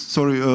Sorry